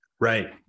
right